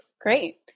Great